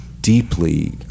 deeply